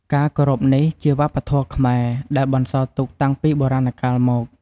ការគោរពនេះជាវប្បធម៌៌ខ្មែរ ដែលបន្សល់ទុកតាំងពីបុរាណកាលមក។